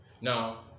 Now